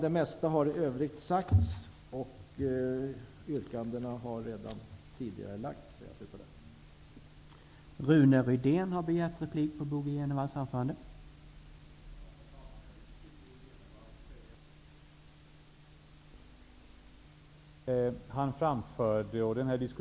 I övrigt har det mesta sagts och yrkanden har redan tidigare ställts, så jag slutar här.